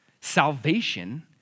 salvation